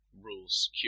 rules